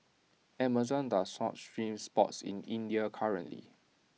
Amazon does not stream sports in India currently